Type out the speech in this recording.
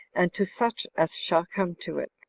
and to such as shall come to it,